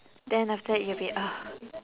then after that you will be ah